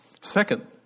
Second